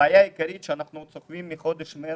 הבעיה העיקרית שאנחנו סוחבים מחודש מארס,